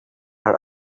her